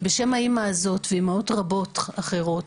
בשם האמא הזאת, ועוד אימהות רבות אחרות.